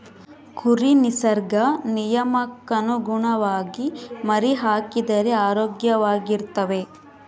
ಕುರಿ ನಿಸರ್ಗ ನಿಯಮಕ್ಕನುಗುಣವಾಗಿ ಮರಿಹಾಕಿದರೆ ಆರೋಗ್ಯವಾಗಿರ್ತವೆ